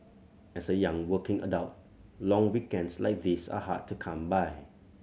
as a young working adult long weekends like these are hard to come by